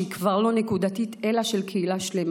כבר לא נקודתית אלא של קהילה שלמה.